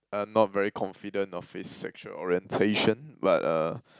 I'm not very confident of his sexual orientation but uh